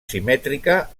simètrica